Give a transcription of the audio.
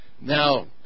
Now